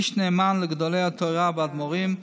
איש נאמן לגדולי התורה והאדמו"רים.